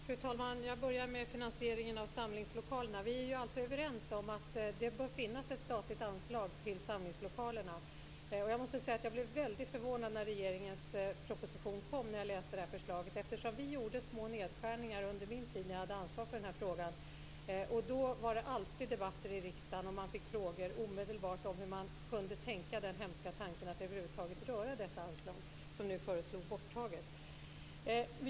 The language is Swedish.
Fru talman! Jag börjar med finansieringen av samlingslokalerna. Vi är alltså överens om att det bör finnas ett statligt anslag till samlingslokalerna. Jag måste säga att jag blev väldigt förvånad när regeringens proposition kom och jag läste det här förslaget. Vi gjorde små nedskärningar under den tid då jag hade ansvar för den här frågan. Då var det alltid debatter i riksdagen. Man fick omedelbart frågor om hur man kunde tänka den hemska tanken att över huvud taget röra detta anslag, som föreslagits bli borttaget.